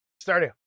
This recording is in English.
Starting